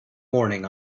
morning